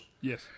yes